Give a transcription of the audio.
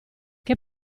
che